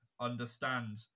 understand